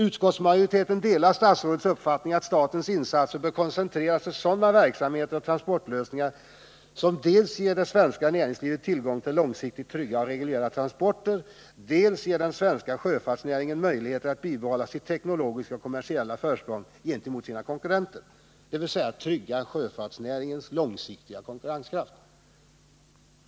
Utskottsmajoriteten delar statsrådets uppfattning att statens insatser bör koncentreras till sådana verksamheter och transportlösningar som dels ger det svenska näringslivet tillgång till långsiktigt trygga och regionala transporter, dels ger den svenska sjöfartsnäringen möjligheter att bibehålla sitt teknologiska och kommersiella försprång gentemot sina konkurrenter, dvs. att trygga sjöfartsnäringens långsiktiga konkurrenskraft.